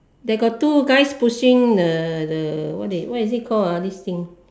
they got two guys pushing the the what is it called ah this thing